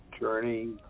Journey